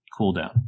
cooldown